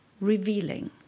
revealing